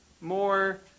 more